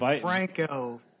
Franco